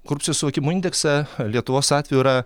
korupcijos suvokimo indeksą lietuvos atveju yra